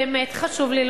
באמת חשוב לי,